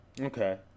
Okay